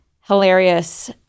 hilarious